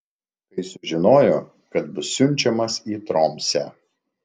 kai sužinojo kad bus siunčiamas į tromsę